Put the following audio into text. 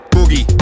Boogie